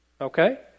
okay